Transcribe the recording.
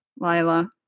Lila